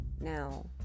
now